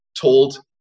told